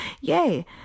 Yay